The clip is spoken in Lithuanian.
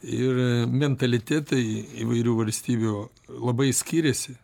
ir mentalitetai įvairių valstybių labai skiriasi